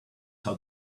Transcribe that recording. how